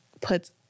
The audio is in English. puts